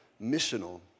Missional